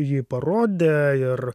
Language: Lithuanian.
jį parodė ir